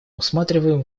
усматриваем